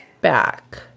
back